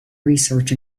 research